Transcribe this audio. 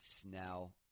Snell